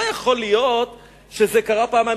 לא יכול להיות שזה קרה פעמיים,